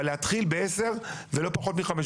אבל להתחיל בעשר ולא פחות מחמש.